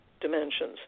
dimensions